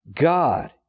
God